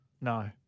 no